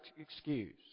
excuse